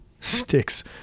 sticks